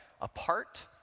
apart